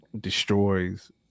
destroys